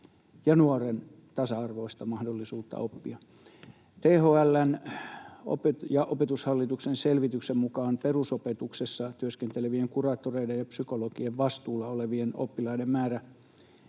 ja nuoren tasa-arvoista mahdollisuutta oppia. THL:n ja Opetushallituksen selvityksen mukaan perusopetuksessa työskentelevien kuraattoreiden ja psykologien vastuulla olevien oppilaiden määrä